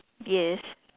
yes